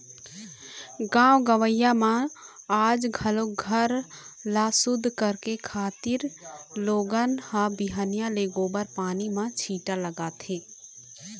गाँव गंवई म आज घलोक घर ल सुद्ध करे खातिर लोगन ह बिहनिया ले गोबर पानी म छीटा लगाथे